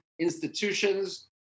institutions